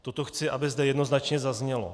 Toto chci, aby zde jednoznačně zaznělo.